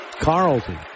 Carlton